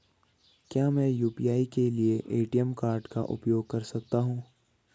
क्या मैं यू.पी.आई के लिए ए.टी.एम कार्ड का उपयोग कर सकता हूँ?